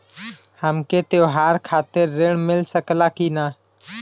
हमके त्योहार खातिर त्रण मिल सकला कि ना?